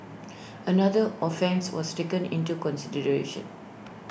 another offence was taken into consideration